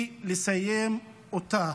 הוא לסיים אותה.